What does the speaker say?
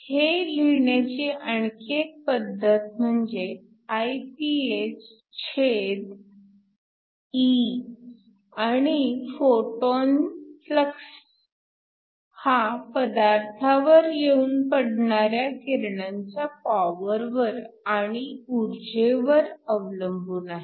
हे लिहिण्याची आणखी एक पद्धत म्हणजे Iphe आणि फोटॉनचा फ्लक्स हा पदार्थावर येऊन पडणाऱ्या किरणांच्या पॉवरवर आणि उर्जेवर अवलंबून आहे